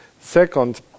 Second